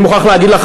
אני מוכרח להגיד לך,